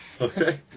Okay